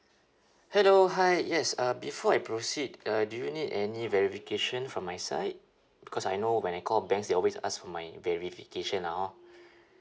hello hi yes uh before I proceed uh do you need any verification from my side because I know when I call banks they always ask for my verification lah hor